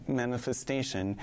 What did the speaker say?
manifestation